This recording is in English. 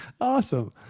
awesome